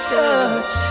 touch